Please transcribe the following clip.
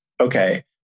okay